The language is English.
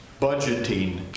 budgeting